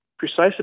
precisely